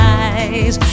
eyes